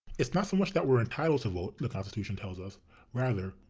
it's not so much that we're entitled to vote, the constitution tells us rather,